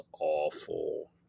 awful